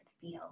feel